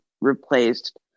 replaced